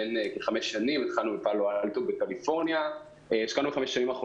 המדינה כרגע ולא